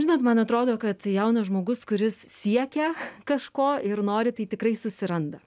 žinot man atrodo kad jaunas žmogus kuris siekia kažko ir nori tai tikrai susiranda